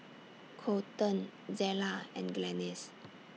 Colten Zella and Glennis